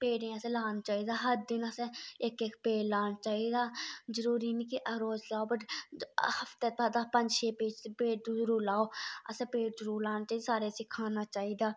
पेड़ असें लाना चाहिदा हर दिन असें इक इक पेड़ लाना चाहीदा जरूरी निं कि हर रोज लाओ बट हफ्ते बाद पंज छे पेड़ जरूर लाओ असें जरूर लाने चाहीदे असें सारे सिखाना चाहीदा